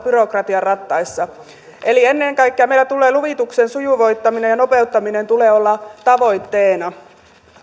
byrokratian rattaissa eli ennen kaikkea meillä tulee luvituksen sujuvoittamisen ja nopeuttamisen olla tavoitteena